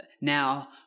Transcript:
Now